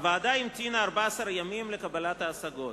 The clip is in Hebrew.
הוועדה המתינה 14 ימים לקבלת השגות.